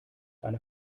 eine